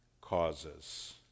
causes